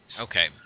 Okay